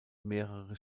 mehrere